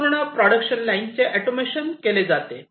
पूर्ण प्रोडक्शन लाईनचे ऑटोमेशन केले जाते